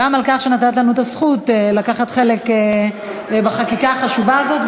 גם על כך שנתת לנו את הזכות לקחת חלק בחקיקה החשובה הזאת,